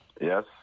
Yes